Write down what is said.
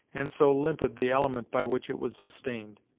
and so limpid the element by which it was sustained.